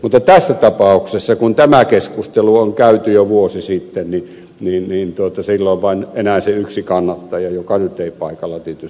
mutta tässä tapauksessa kun tämä keskustelu on käyty jo vuosi sitten sillä on vain enää se yksi kannattaja joka nyt ei paikalla tietystikään ole